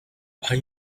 are